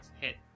hit